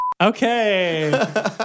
Okay